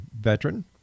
veteran